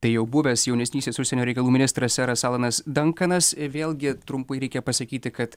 tai jau buvęs jaunesnysis užsienio reikalų ministras seras alanas dankanas vėlgi trumpai reikia pasakyti kad